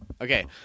Okay